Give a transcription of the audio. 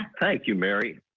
thank you, mary.